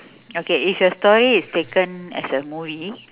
okay if your story is taken as a movie